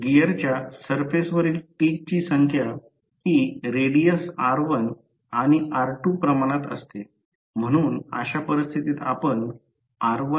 1 हा स्टेशनरी भाग आहे ज्याला स्टेटर म्हणतात दुसरा भाग फिरत असलेला भाग किंवा फिरणारा भाग आहे त्याला रोटर म्हणा